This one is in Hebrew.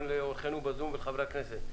גם לאורחנו בזום וחברי הכנסת,